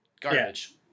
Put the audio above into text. Garbage